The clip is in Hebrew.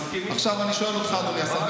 אני מסכים איתך, דרך אגב.